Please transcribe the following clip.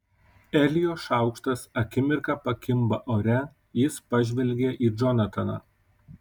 elijo šaukštas akimirką pakimba ore jis pažvelgia į džonataną